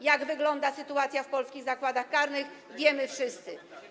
Jak wygląda sytuacja w polskich zakładach karnych, wiemy wszyscy.